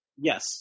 Yes